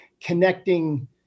connecting